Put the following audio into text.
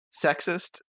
sexist